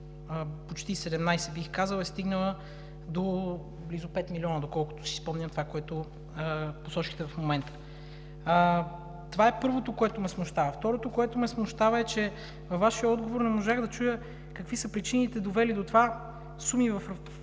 почти 17 млн. бих казал, е стигнала до близо 5 млн., доколкото си спомням това, което посочихте в момента. Това е първото, което ме смущава. Второто, което ме смущава е,, че във Вашия отговор не можах да чуя какви са причините, довели до това суми в